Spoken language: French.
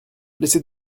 laissez